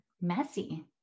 messy